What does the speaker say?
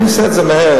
אני עושה את זה מהר,